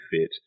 fit